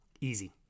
Easy